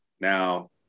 now